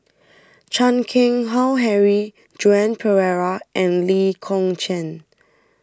Chan Keng Howe Harry Joan Pereira and Lee Kong Chian